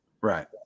Right